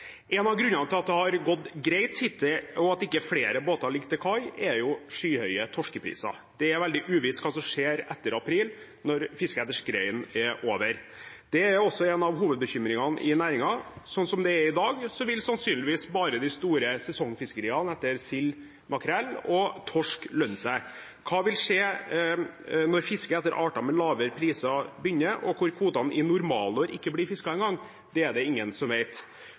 En av grunnene til at det har gått greit hittil, og at ikke flere båter ligger til kai, er skyhøye torskepriser. Det er veldig uvisst hva som skjer etter april når fisket etter skreien er over. Det er også en av hovedbekymringene i næringen. Slik det er i dag, vil sannsynligvis bare de store sesongfiskeriene etter sild, makrell og torsk lønne seg. Hva vil skje når fisket etter arter med lavere priser begynner, hvor kvotene i normalår ikke blir fisket engang? Det er det ingen som